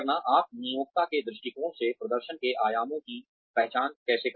आप नियोक्ता के दृष्टिकोण से प्रदर्शन के आयामों की पहचान कैसे करेंगे